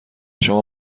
شما